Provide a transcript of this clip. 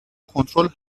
کنترل